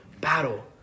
battle